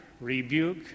rebuke